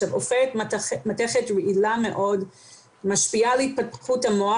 עופרת היא מתכת רעילה מאוד ומשפיעה על התפתחות המוח